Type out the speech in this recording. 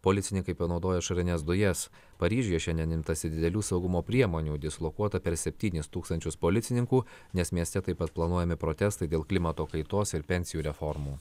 policininkai panaudojo ašarines dujas paryžiuje šiandien imtasi didelių saugumo priemonių dislokuota per septynis tūkstančius policininkų nes mieste taip pat planuojami protestai dėl klimato kaitos ir pensijų reformų